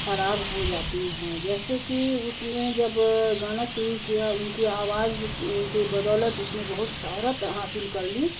خراب ہو جاتی ہیں جیسے کہ اس نے جب گانا شروع کیا ان کی آواز کی بدولت اس نے بہت شہرت حاصل کر لی